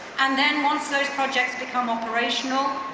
and then once those projects become operational,